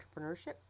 entrepreneurship